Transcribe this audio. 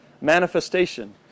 manifestation